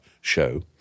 show